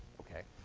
ok.